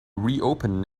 reopen